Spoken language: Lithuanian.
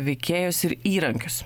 veikėjus ir įrankius